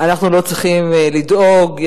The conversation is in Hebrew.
אנחנו לא צריכים לדאוג.